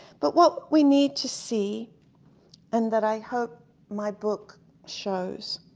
but what we need to see and that i hope my book shows,